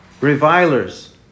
revilers